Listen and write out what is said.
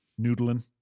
Noodling